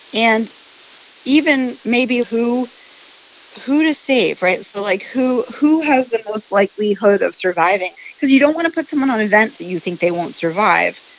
and even maybe who who to save, right? so, like, who who has the most likelihood of surviving because you don't want to put someone on a vent that you think they won't survive.